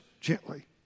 gently